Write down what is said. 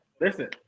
listen